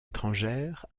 étrangère